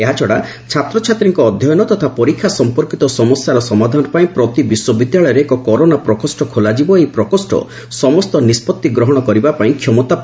ଏହାଛଡା ଛାତ୍ରଛାତ୍ରୀଙ୍କ ଅଧ୍ଧୟନ ତଥା ପରୀକ୍ଷା ସମ୍ପର୍କୀତ ସମସ୍ୟାର ସମାଧାନ ପାଇଁ ପ୍ରତି ବିଶ୍ୱବିଦ୍ୟାଳୟରେ ଏକ କରୋନା ପ୍ରକୋଷ ଖୋଲାଯିବ ଓ ଏହି ପ୍ରକୋଷ୍ ସମସ୍ତ ନିଷ୍ବତି ଗ୍ରହଣ କରିବା ପାଇଁ କ୍ଷମତାପନୁ ହେବ